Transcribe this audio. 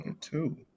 two